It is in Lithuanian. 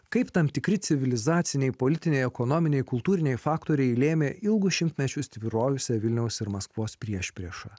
kaip tam tikri civilizaciniai politiniai ekonominiai kultūriniai faktoriai lėmė ilgus šimtmečius tvyrojusią vilniaus ir maskvos priešprieša